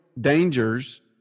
dangers